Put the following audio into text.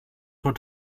vor